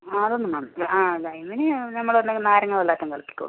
ആളൊന്നും വന്നിട്ടില്ല ആ അല്ല ഇന്നിനി നമ്മൾ എന്തെങ്കിലും നാരങ്ങ വെള്ളമോ മറ്റോ കലക്കിക്കോളും